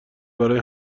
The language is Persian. برای